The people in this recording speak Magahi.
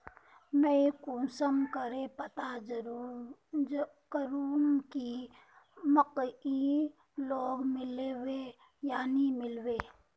मुई कुंसम करे पता करूम की मकईर लोन मिलबे या नी मिलबे?